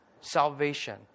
Salvation